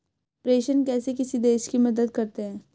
प्रेषण कैसे किसी देश की मदद करते हैं?